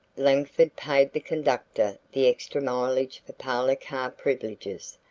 langford paid the conductor the extra mileage for parlor car privileges,